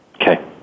Okay